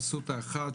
אסותא 1,